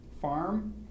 farm